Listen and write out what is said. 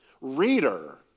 Reader